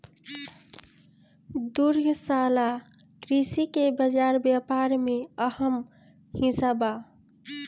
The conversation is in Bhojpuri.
दुग्धशाला कृषि के बाजार व्यापार में अहम हिस्सा बा